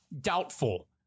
doubtful